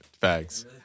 facts